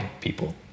people